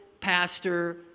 pastor